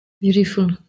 Beautiful